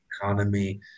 economy